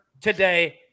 today